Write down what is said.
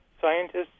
Scientists